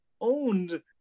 owned